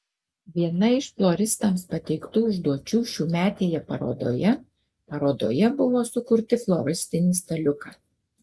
viena iš floristams pateiktų užduočių šiųmetėje parodoje parodoje buvo sukurti floristinį staliuką